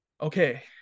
Okay